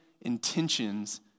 intentions